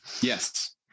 yes